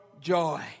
joy